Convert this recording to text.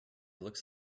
looks